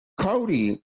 Cody